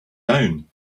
down